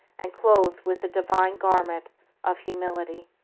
and clothed with the divine garment of humility.